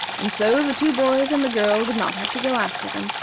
and so the two boys and the girl did not have to go after them,